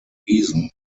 reason